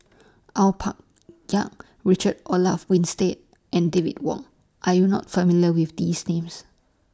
Au Pak Ya Richard Olaf Winstedt and David Wong Are YOU not familiar with These Names